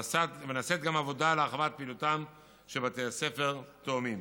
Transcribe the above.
ונעשית גם עבודה להרחבת פעילותם של בתי ספר תאומים.